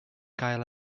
gael